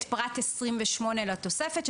את פרט 28 לתוספת,